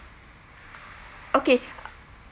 okay